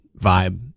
vibe